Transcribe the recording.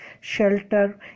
shelter